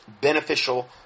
beneficial